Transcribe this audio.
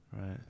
right